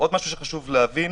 עוד משהו שחשוב להבין,